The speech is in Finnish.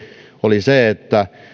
oli se että